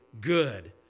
good